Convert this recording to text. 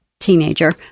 teenager